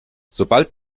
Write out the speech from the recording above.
sobald